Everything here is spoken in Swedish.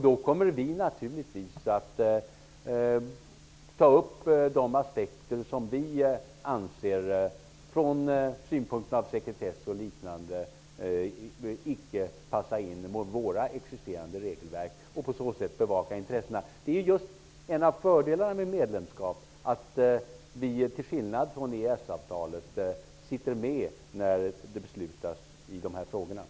Då kommer vi naturligtvis att ta upp de aspekter, från sekretessynpunkt och liknande, som vi anser icke passar in i våra existerande regelverk och kan på det sättet bevaka intressena. En av fördelarna med medlemskap är just att vi sitter med när beslut fattas i dessa frågor -- till skillnad från med EES